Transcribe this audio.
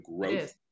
growth